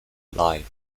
live